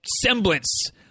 semblance